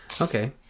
Okay